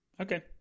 Okay